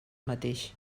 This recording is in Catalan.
mateix